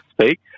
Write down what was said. speak